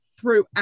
throughout